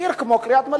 עיר כמו קריית-מלאכי,